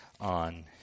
on